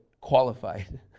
qualified